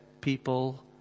people